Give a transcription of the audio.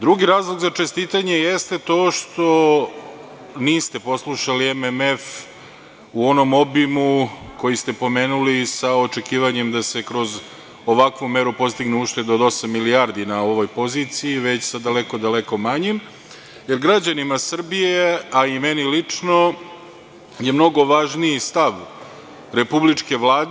Drugi razlog za čestitanje jeste to što niste poslušali MMF u onom obimu koji ste pomenuli sa očekivanjem da se kroz ovakvu meru postigne ušteda od osam milijardi na ovoj poziciji, već sa daleko manjom, jer građanima Srbije, a i meni lično je mnogo važniji stav republičke Vlade.